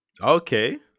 Okay